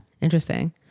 Interesting